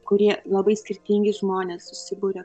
kurie labai skirtingi žmonės susiburia